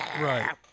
Right